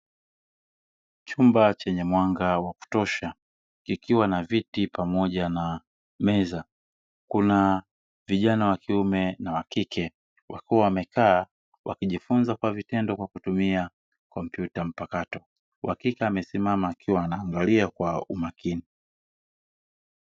Chumba chenye mwanga wa kutosha kikiwa na viti pamoja na meza, kuna vijana wakike na wakiume wakiwa wamekaa wakijifunza kwa vitendo kwa kutumia kompyuta mpakato, wakike amesimama akiwa anaangalia kwa umakini.